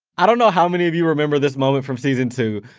i don't know how many of you remember this moment from season two,